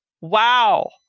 wow